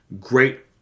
great